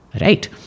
Right